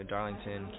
Darlington